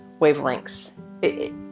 wavelengths